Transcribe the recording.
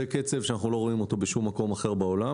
זה קצב שאנחנו לא רואים אותו בשום מקום אחר בעולם